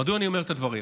מדוע אני אומר את הדברים?